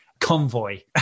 Convoy